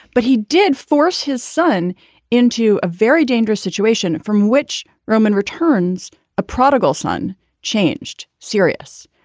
but he did force his son into a very dangerous situation from which roman returns a prodigal son changed serious.